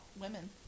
women